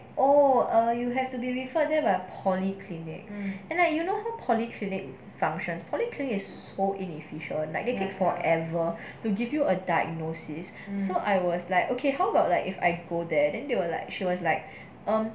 oh err you have to be referred them a polyclinic and like you know how polyclinic functions polyclinic is so inefficient like they take forever to give you a diagnosis so I was like okay how about like if I go there then they were like she was like um